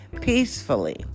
peacefully